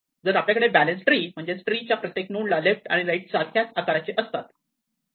जर आपल्याकडे balance tree म्हणजेच ट्री च्या प्रत्येक नोड ला लेफ्ट आणि राईट चाइल्ड सारख्याच आकाराचे असतात